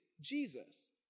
Jesus